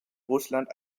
russland